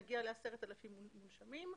נגיע ל-10,000 מונשמים.